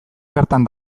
bertan